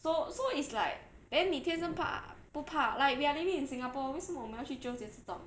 so so it's like then 你天生怕不怕 like we are living in singapore 为什么我们要去纠结这种